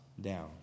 down